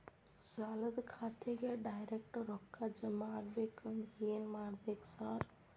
ಸಾಲದ ಖಾತೆಗೆ ಡೈರೆಕ್ಟ್ ರೊಕ್ಕಾ ಜಮಾ ಆಗ್ಬೇಕಂದ್ರ ಏನ್ ಮಾಡ್ಬೇಕ್ ಸಾರ್?